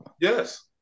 Yes